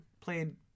played